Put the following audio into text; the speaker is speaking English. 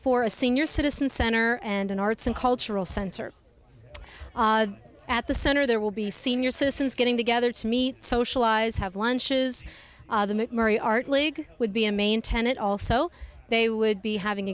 for a senior citizen center and an arts and cultural center at the center there will be senior citizens getting together to meet socialize have lunches the mcmurry art league would be a main tenet also they would be having